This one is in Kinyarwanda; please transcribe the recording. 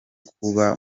kuba